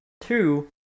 Two